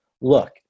look